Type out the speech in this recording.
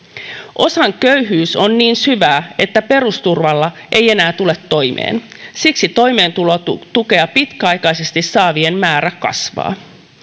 osan köyhyys on niin syvää että perusturvalla ei enää tule toimeen siksi toimeentulotukea pitkäaikaisesti saavien määrä kasvaa